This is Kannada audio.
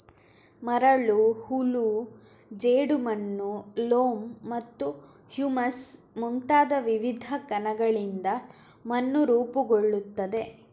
ಮರಳು, ಹೂಳು, ಜೇಡಿಮಣ್ಣು, ಲೋಮ್ ಮತ್ತು ಹ್ಯೂಮಸ್ ಮುಂತಾದ ವಿವಿಧ ಕಣಗಳಿಂದ ಮಣ್ಣು ರೂಪುಗೊಳ್ಳುತ್ತದೆ